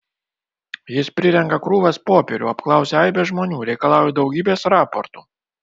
jis prirenka krūvas popierių apklausia aibes žmonių reikalauja daugybės raportų